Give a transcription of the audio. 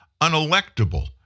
unelectable